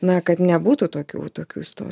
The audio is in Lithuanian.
na kad nebūtų tokių tokių istori